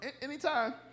anytime